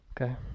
Okay